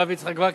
הרב יצחק וקנין.